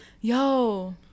Yo